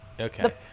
Okay